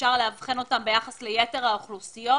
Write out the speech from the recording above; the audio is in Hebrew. אפשר לאבחן אותם ביחס ליתר האוכלוסיות,